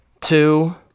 two